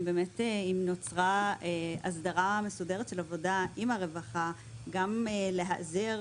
אם באמת נוצרה הסדרה מסודרת של עבודה עם הרווחה גם להיעזר